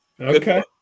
Okay